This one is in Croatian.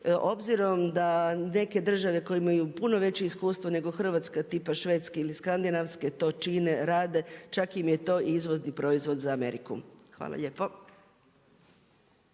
obzirom da neke države koje imaju puno veće iskustvo nego Hrvatska tipa Švedske ili skandinavske to čine, rade, čak im je to i izvozni proizvod za Ameriku. Hvala lijepo.